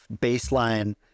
baseline